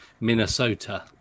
Minnesota